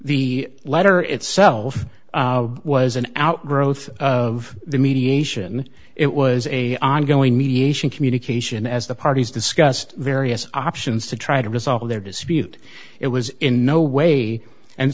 the letter itself was an outgrowth of the mediation it was a ongoing mediation communication as the parties discussed various options to try to resolve their dispute it was in no way and